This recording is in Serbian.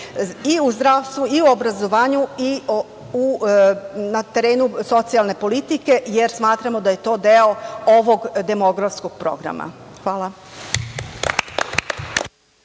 u zdravstvu, obrazovanju i na terenu socijalne politike, jer smatramo da je to deo ovog demografskog programa. Hvala.